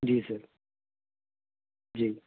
ਜੀ ਸਰ ਜੀ